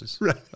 Right